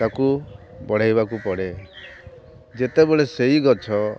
ତାକୁ ବଢ଼େଇବାକୁ ପଡ଼େ ଯେତେବେଳେ ସେହି ଗଛ